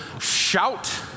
shout